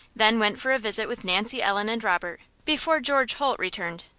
then went for a visit with nancy ellen and robert, before george holt returned.